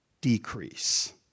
decrease